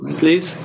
please